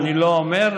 אני לא אומר.